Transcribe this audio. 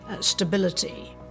stability